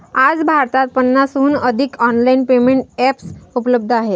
आज भारतात पन्नासहून अधिक ऑनलाइन पेमेंट एप्स उपलब्ध आहेत